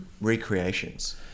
recreations